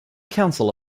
council